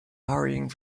hurrying